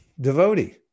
devotee